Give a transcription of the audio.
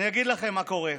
אני אגיד לכם מה קורה,